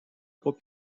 pas